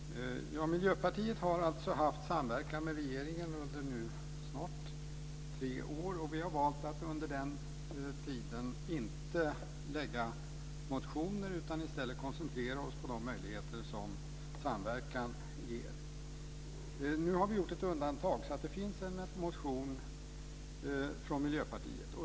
Fru talman! Miljöpartiet har haft samverkan med regeringen i snart tre år. Vi har valt att under den tiden inte väcka motioner, utan i stället koncentrera oss på de möjligheter som samverkan ger. Nu har vi gjort ett undantag. Det finns en motion från Miljöpartiet.